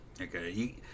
Okay